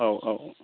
औ औ औ